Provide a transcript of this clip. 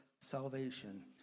salvation